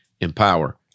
empower